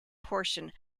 portion